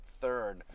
third